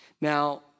Now